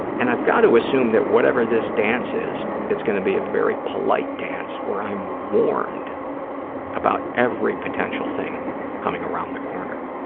and i've got to assume that whatever this dance is, it's going to be a very polite dance, where i'm warned about every potential thing coming around the corner.